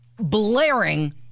blaring